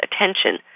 attention